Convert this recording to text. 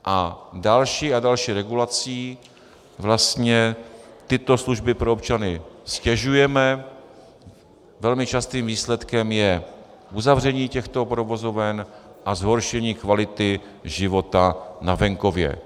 A další a další regulací tyto služby pro občany ztěžujeme, velmi častým výsledkem je uzavření těchto provozoven a zhoršení kvality života na venkově.